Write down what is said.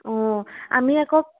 অঁ আমি আকৌ